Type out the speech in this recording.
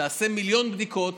תעשה מיליון בדיקות,